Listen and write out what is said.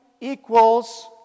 equals